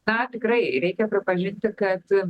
na tikrai reikia pripažinti kad